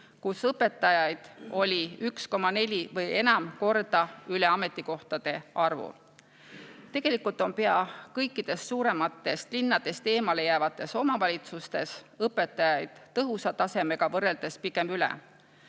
kus õpetajaid oli 1,4 või enam korda üle ametikohtade arvu. Tegelikult on pea kõikides suurematest linnadest eemale jäävates omavalitsustes õpetajaid tõhusa tasemega võrreldes pigem üle.